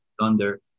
Thunder